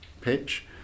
pitch